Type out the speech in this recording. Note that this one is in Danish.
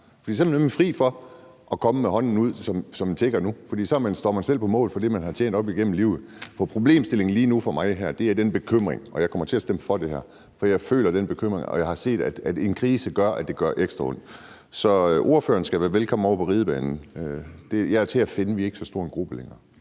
For så er man nemlig fri for at have hånden fremme som en tigger, for så står man selv på mål for det, man har tjent igennem i livet. For problemstillingen lige nu for mig er den bekymring, og jeg kommer til at stemme for det her. For jeg føler den bekymring, og jeg har set, at en krise gør, at det gør ekstra ondt. Så ordføreren skal være velkommen ovre ved Ridebanen – jeg er til at finde, for vi er ikke så stor en gruppe længere.